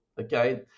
okay